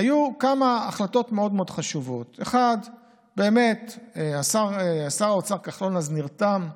היו כמה החלטות מאוד מאוד חשובות: שר האוצר כחלון נרתם אז,